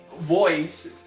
voice